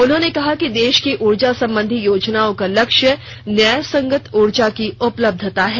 उन्होंने कहा कि देश की उर्जा संबंधी योजनाओं का लक्ष्य न्यायसंगत उर्जा की उपलब्यता है